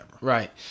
Right